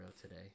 today